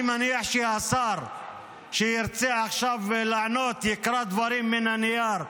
אני מניח שהשר שירצה עכשיו לענות יקרא דברים מן הנייר,